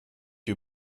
you